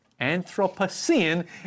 Anthropocene